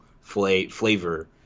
flavor